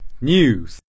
News